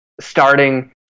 starting